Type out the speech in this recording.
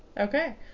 Okay